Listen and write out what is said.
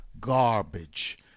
garbage